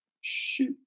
shoot